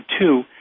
two